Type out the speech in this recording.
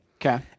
Okay